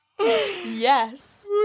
yes